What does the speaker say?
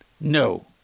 no